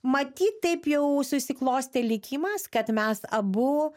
matyt taip jau susiklostė likimas kad mes abu